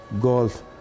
golf